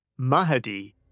Mahadi